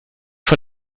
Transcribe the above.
vor